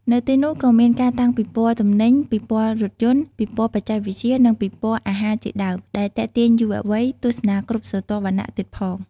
នៅទីនោះ ក៏មានការតាំងពិព័រណ៍ទំនិញ ពិព័រណ៍រថយន្ត ពិព័រណ៍បច្ចេកវិទ្យា និងពិព័រណ៍អាហារជាដើម ដែលទាក់ទាញយុវវ័យទស្សនាគ្រប់ស្រទាប់វណ្ណៈទៀងផង។